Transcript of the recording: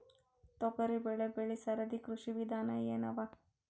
ತೊಗರಿಬೇಳೆ ಬೆಳಿ ಸರದಿ ಕೃಷಿ ವಿಧಾನ ಎನವ?